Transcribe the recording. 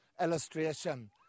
illustration